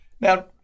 Now